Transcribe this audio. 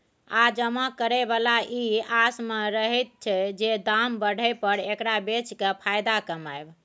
आ जमा करे बला ई आस में रहैत छै जे दाम बढ़य पर एकरा बेचि केँ फायदा कमाएब